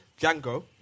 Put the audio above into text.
Django